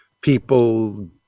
people